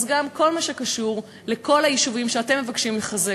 אז גם כל מה שקשור לכל היישובים שאתם מבקשים לחזק.